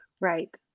right